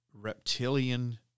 reptilian